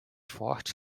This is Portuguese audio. forte